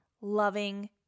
loving